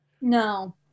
No